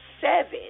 seven